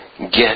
get